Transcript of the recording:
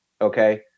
Okay